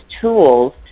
tools